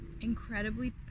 incredibly